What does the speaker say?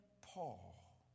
Paul